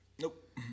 Nope